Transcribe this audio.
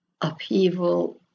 upheaval